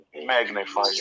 Magnify